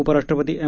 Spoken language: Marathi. उपराष्ट्रपती एम